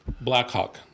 Blackhawk